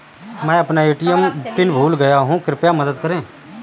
मैं अपना ATM PIN भूल गया हूँ, कृपया मदद करें